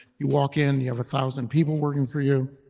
you walk in you have a thousand people working for you.